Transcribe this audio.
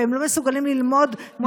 והם לא מסוגלים ללמוד.